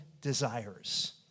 desires